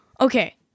okay